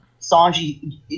Sanji